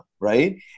right